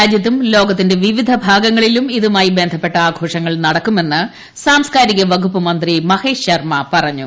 രാജ്യത്തും ലോകത്തിന്റെ വിവിധ ഭാഗങ്ങളിലും ഇതുമായി ബന്ധപ്പെട്ട ആഘോഷങ്ങൾ നടക്കുമെന്ന് സാംസ്കാരിക വകുപ്പ് മന്ത്രി മഹേഷ് ശർമ്മ പറഞ്ഞു